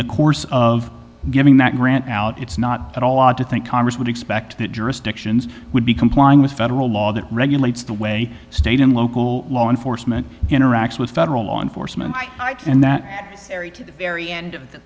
the course of giving that grant out it's not at all odd to think congress would expect that jurisdictions would be complying with federal law that regulates the way state and local law enforcement interacts with federal law enforcement and that area to the very end of the